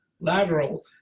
lateral